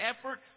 effort